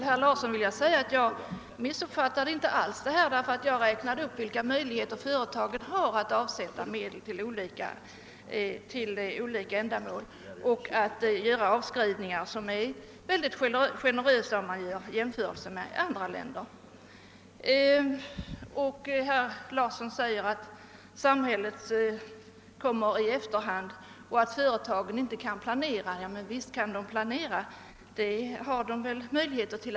Herr talman! Jag har inte alls missuppfattat denna sak, herr Larsson i Umeå, utan jag har bara räknat upp vilka möjligheter ett företag har att skattefritt avsätta medel för olika ändamål och göra avskrivningar, som jämfört med andra länders avskrivningsregler är mycket generösa. Herr Larsson sade att samhällets åtgärder sättes in i efterhand och att företagen inte själva kan planera för en omställning. Jo, det kan de visst.